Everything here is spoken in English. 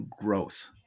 growth